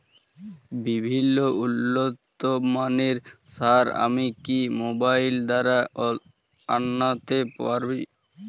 বিভিন্ন উন্নতমানের সার আমি কি মোবাইল দ্বারা আনাতে পারি?